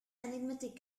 enigmatic